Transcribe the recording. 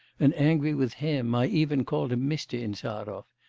and angry with him, i even called him mr. insarov,